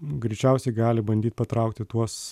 greičiausiai gali bandyt patraukti tuos